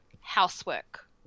housework